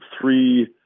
three